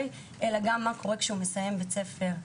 אלא גם מה קורה כשהוא מסיים בית ספר,